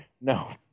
No